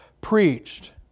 preached